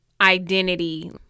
identity